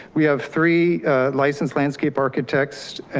we have three licensed landscape architects,